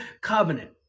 covenant